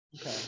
Okay